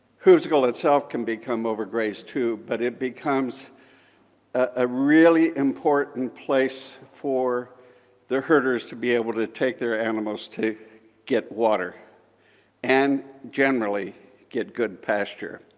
hovsgol itself can become overgrazed, too, but it becomes a really important place for the herders to be able to take their animals to get water and generally get good pasture.